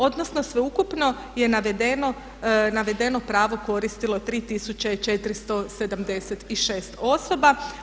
Odnosno sveukupno je navedeno pravo koristilo 3476 osoba.